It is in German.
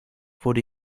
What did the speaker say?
wurde